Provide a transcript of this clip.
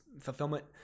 fulfillment